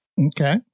Okay